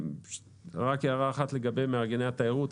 רק הערה אחת לגבי מארגני התיירות.